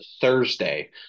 thursday